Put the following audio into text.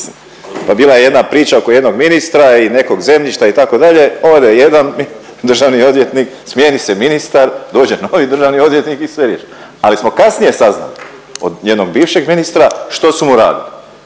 Pa bila je jedna priča oko jednog ministra i nekog zemljišta itd., ode jedan državi odvjetnik, smijeni se ministar, dođe novi državni odvjetnik i sve riješi. Ali smo kasnije saznali od jednog bivšeg ministra što su mu radili